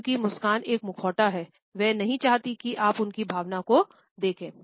उन की मुस्कान एक मुखौटा है वह नहीं चाहती कि आप उनकी भावना को देखें